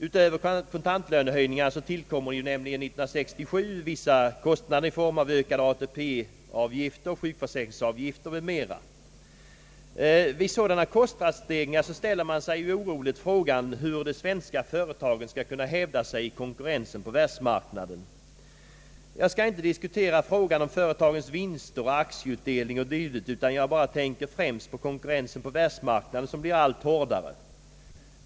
Utöver kontantlönehöjningarna tillkommer nämligen år 1967 vissa kostnader i form av ökade ATP-avgifter, sjukförsäkringsavgifter m.m. Vid sådana kostnadsstegringar ställer man sig oroligt frågan hur de svenska företagen skall kunna hävda sig i konkurrensen på världsmarknaden. Jag skall inte här diskutera frågan om företagens vinster, aktieutdelning o. dyl., utan jag tänker främst på konkurrensen på världsmarknaden, som blir allt hårdare.